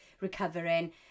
recovering